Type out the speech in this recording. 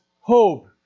hope